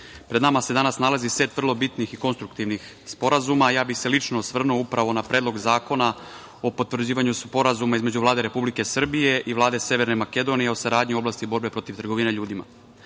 pred nama se danas nalazi set vrlo bitnih i konstruktivnih sporazuma, a ja bih se lično osvrnuo na Predlog zakona o potvrđivanju Sporazuma između Vlade Republike Srbije i Vlade Severne Makedonije o saradnji u oblasti borbe protiv trgovine